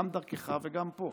גם דרכך וגם פה,